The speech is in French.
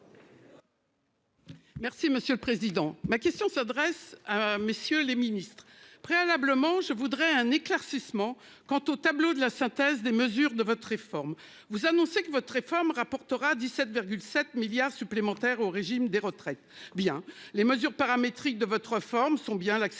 Merci monsieur le président, ma question s'adresse à messieurs les Ministres préalablement je voudrais un éclaircissement quant au tableau de la synthèse des mesures de votre réforme vous annoncer que votre réforme rapportera 17 7 milliards supplémentaires au régime des retraites bien les mesures paramétriques de votre forme sont bien l'accélération